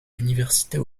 universités